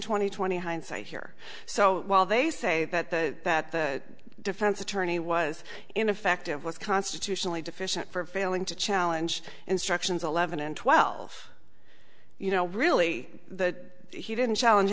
twenty twenty hindsight here so while they say that the that the defense attorney was ineffective was constitutionally deficient for failing to challenge instructions eleven and twelve you know really that he didn't challenge